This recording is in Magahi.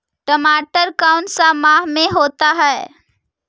टमाटर कौन सा माह में होता है?